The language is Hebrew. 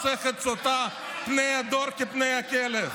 מסכת סוטה: פני הדור כפני הכלב.